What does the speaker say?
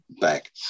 back